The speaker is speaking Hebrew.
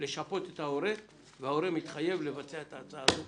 לשפות את ההורה וההורה יתחייב לבצע את ההסעה הזו